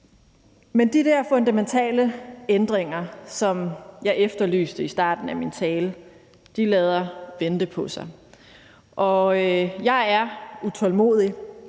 de der fundamentale ændringer, som jeg efterlyste i starten af min tale, lader vente på sig. Og jeg er utålmodig.